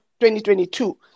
2022